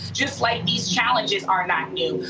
just like these challenges are not new.